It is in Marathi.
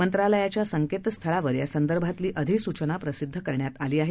मंत्रालयाच्या संकेतस्थळावर या संदर्भातली अधिसूचना प्रसिद्ध करण्यात आली आहे